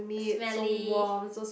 smelly